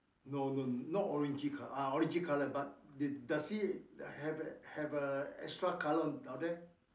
no no not orangey colour ah orangey colour but they does it have a have a extra colour down there